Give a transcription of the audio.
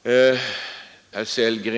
Oppositionens förslag har